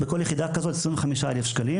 כ-25,000 ₪,